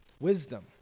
wisdom